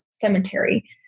cemetery